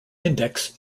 index